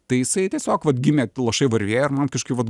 tai jisai tiesiog vat gimė lašai varvėjo ir man kažkaip vat